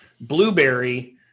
Blueberry